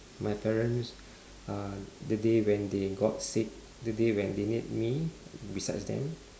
my parents uh the day when they got sick the day when they need me beside them